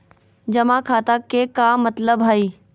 जमा खाता के का मतलब हई?